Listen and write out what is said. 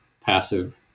passive